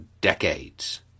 decades